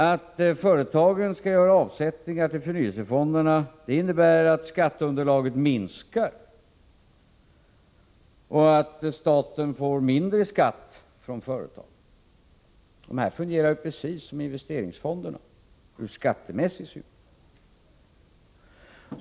Att företagen skall göra avsättningar till förnyelsefonderna innebär att skatteunderlaget minskar och att staten får mindre i skatt från företagen. Förnyelsefonderna fungerar precis som investeringsfonderna, ur skattemässig synpunkt.